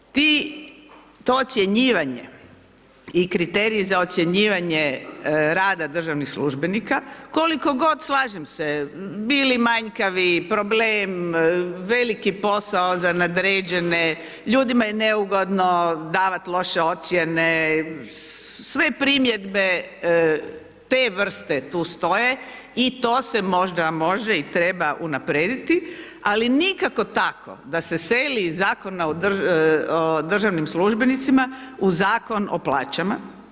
To ocjenjivanje i kriteriji za ocjenjivanje rada državnih službenika, koliko god, slažem se bili manjkavi, problem, veliki posao za nadređene, ljudima je neugodno davati loše ocjene, sve primjedbe te vrste tu stoje i to se možda može i treba unaprijediti, ali nikako tako da se seli iz Zakona o državnim službenicima u Zakon o plaćama.